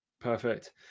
Perfect